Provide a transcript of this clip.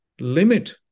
limit